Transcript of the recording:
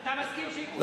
אתה מסכים שייקחו כסף,